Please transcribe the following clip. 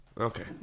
Okay